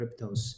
cryptos